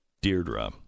Deirdre